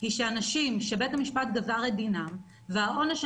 היא שאנשים שבית המשפט גזר את דינם והעונש